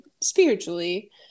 spiritually